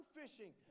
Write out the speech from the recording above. fishing